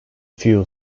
few